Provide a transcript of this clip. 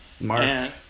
Mark